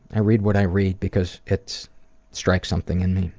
i read what i read because it strikes something in me.